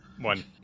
one